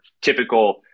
typical